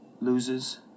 loses